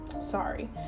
sorry